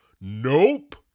Nope